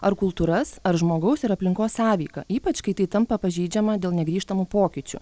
ar kultūras ar žmogaus ir aplinkos sąveiką ypač kai tai tampa pažeidžiama dėl negrįžtamų pokyčių